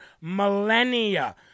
millennia